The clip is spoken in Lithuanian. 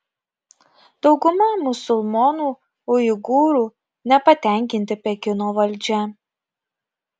dauguma musulmonų uigūrų nepatenkinti pekino valdžia